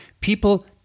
People